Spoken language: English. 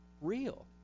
real